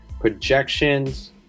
projections